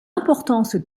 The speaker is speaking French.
importance